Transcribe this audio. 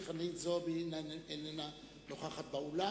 כי חברת הכנסת חנין זועבי אינה נוכחת באולם.